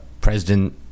president